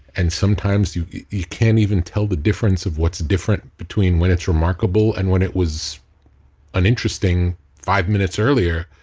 and sometimes, you you can't even tell the difference of what's different between when it's remarkable. and when it was an interesting five minutes earlier,